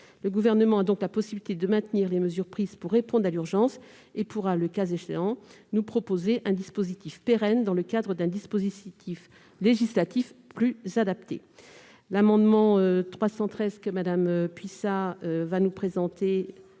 Le Gouvernement a donc la possibilité de maintenir les mesures prises pour répondre à l'urgence. Il pourra, le cas échéant, nous proposer un dispositif pérenne dans le cadre d'un véhicule législatif plus adapté. Les deux amendements suivants sont